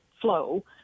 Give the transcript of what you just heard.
flow